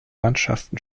mannschaften